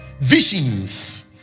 Visions